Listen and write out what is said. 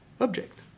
object